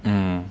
mmhmm